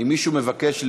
אם מישהו מבקש להירשם,